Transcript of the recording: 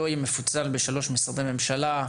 לא יהיה מפוצל בשלוש משרדי ממשלה,